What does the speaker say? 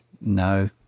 No